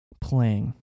playing